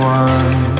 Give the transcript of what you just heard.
one